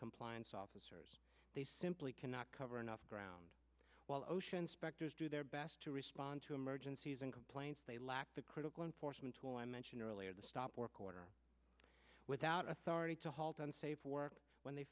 compliance officers they simply cannot cover enough ground while ocean spector's do their best to respond to emergencies and complaints they lack the critical enforcement tool i mentioned earlier the stop work order without authority to halt unsafe work when they